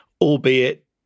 albeit